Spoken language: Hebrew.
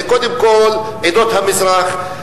זה קודם כול עדות המזרח,